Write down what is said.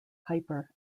hyper